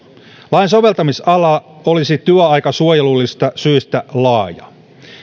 lain soveltamisala olisi työaikasuojelullisista syistä laaja